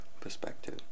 perspective